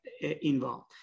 involved